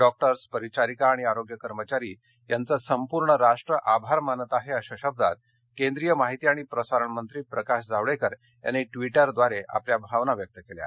डॉक्टर्म परिचारिका आणि आरोग्य कर्मचारी यांचं संपूर्ण राष्ट्र आभार मानत आहे अशा शब्दांत केंद्रीय माहिती आणि प्रसारण मंत्री प्रकाश जावडेकर यांनी वी उद्वारे आपल्या भावना व्यक्त केल्या आहेत